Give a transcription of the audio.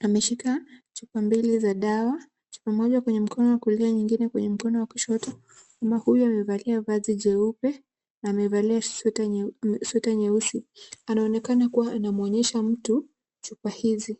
Ameshika chupa mbili za dawa, chupa moja kwenye mkono wa kulia nyingine kwenye mkono wa kushoto. Mama huyu amevalia vazi jeupe na amevalia suti nyeusi. Anaonekana kuwa anamwonyesha mtu chupa hizi.